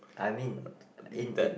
I mean in in